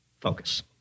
focus